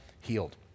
healed